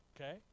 Okay